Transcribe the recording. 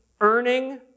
earning